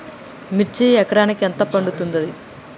మిర్చి ఎకరానికి ఎంత పండుతది?